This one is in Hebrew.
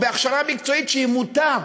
בהכשרה מקצועית שהיא מוטה,